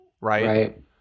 Right